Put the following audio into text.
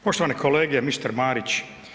Poštovani kolege, mister Marić.